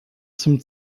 zum